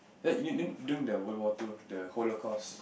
during the World War Two the holocaust